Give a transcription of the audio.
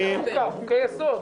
ברור שזה חוקה חוקי יסוד.